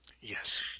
Yes